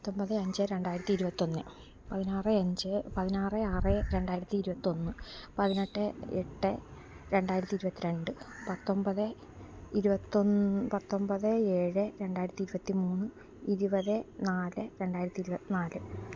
പത്തൊൻപത് അഞ്ച് രണ്ടായിരത്തി ഇരുപത്തൊന്ന് പതിനാറ് അഞ്ച് പതിനാറ് ആറ് രണ്ടായിരത്തി ഇരുപത്തൊന്ന് പതിനെട്ട് എട്ട് രണ്ടായിരത്തി ഇരുപത്തിരണ്ട് പത്തൊൻപത് ഇരുപത്തൊന്ന് പത്തൊൻപത് ഏഴ് രണ്ടായിരത്തി ഇരുപത്തി മൂന്ന് ഇരുപത് നാല് രണ്ടായിരത്തി ഇരുപത്തി നാല്